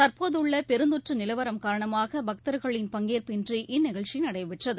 தற்போதுள்ளபெருந்தொற்றுநிலவரம் காரணமாகபக்கர்களின் பங்கேற்பு இன்றி இந்தநிகழ்ச்சிநடைபெற்றது